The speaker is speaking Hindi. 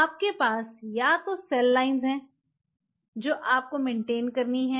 आपके पास या तो सेल लाइन है जो आप मेन्टेन कर रहे हैं